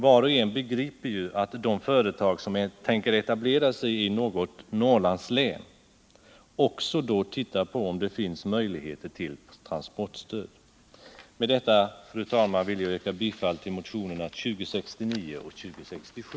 Var och en begriper ju att de företag som tänker etablera sig i något Norrlandslän då också tittar på om det finns möjligheter till transportstöd. Med detta, fru talman, vill jag yrka bifall till motionerna 2069 och 2067.